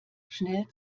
schnell